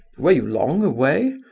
were you long away?